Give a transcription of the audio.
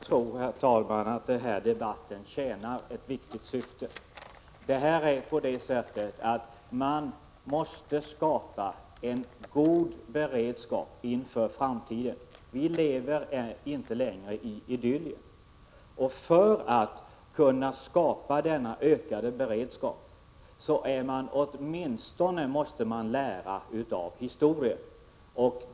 Herr talman! Jo, jag tror att den här debatten tjänar ett viktigt syfte. Man måste skapa en god beredskap med tanke på framtiden, för vi lever inte längre i Idyllien. För att kunna åstadkomma denna ökade beredskap måste man åtminstone lära av historien.